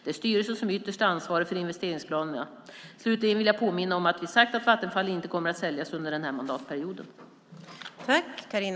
Det är styrelsen som ytterst är ansvarig för investeringsplanerna. Slutligen vill jag påminna om att vi sagt att Vattenfall inte kommer att säljas under den här mandatperioden.